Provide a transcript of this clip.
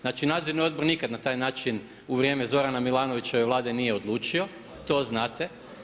Znači, Nadzorni odbor nikad na taj način u vrijeme Zorana Milanovića i ove Vlade nije odlučio, to znate.